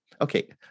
okay